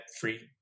free